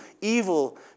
evil